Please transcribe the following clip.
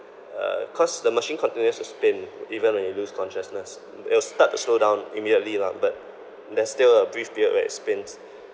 uh cause the machine continues to spin even when you lose consciousness it'll start to slow down immediately lah but there's still a brief period where it spins